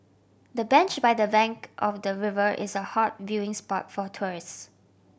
the bench by the bank of the river is a hot viewing spot for tourists